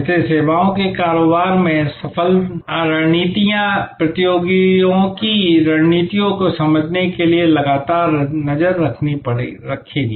इसलिए सेवाओं के कारोबार में सफल रणनीतियाँ प्रतियोगियों की रणनीतियों को समझने के लिए लगातार नज़र रखेंगी